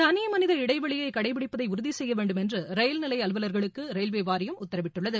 தனிமனித இடைவெளியை கடைபிடிப்பதை உறுதி செய்ய வேண்டும் என்று ரயில் நிலைய அலுவலர்களுக்கு ரயில்வே வாரியம் உத்தரவிட்டுள்ளது